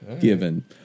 Given